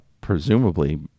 presumably